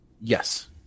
Yes